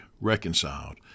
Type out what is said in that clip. reconciled